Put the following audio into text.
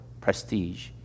prestige